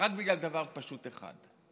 רק בגלל דבר פשוט אחד.